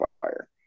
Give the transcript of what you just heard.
fire